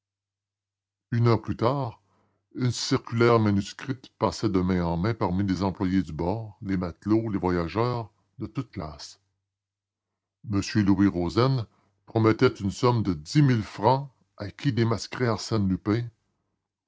une heure plus tard une circulaire manuscrite passait de main en main parmi les employés du bord les matelots les voyageurs de toutes classes m louis rozaine promettait une somme de dix mille francs à qui démasquerait arsène lupin